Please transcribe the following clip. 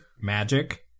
Magic